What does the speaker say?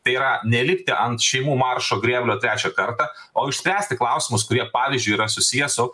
tai yra nelipti ant šeimų maršo grėblio trečią kartą o išspręsti klausimus kurie pavyzdžiui yra susiję su